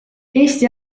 eesti